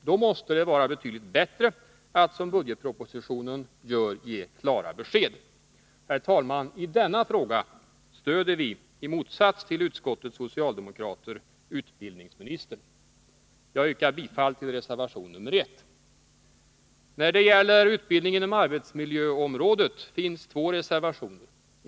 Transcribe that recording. Då måste det vara betydligt bättre att som budgetpropositionen gör ge klara besked. Herr talman! I denna fråga stöder vi i motsats till utskottets socialdemokrater utbildningsministern. Jag yrkar därför bifall till reservation nr 1. När det gäller utbildning inom arbetsmiljöområdet finns två reservationer.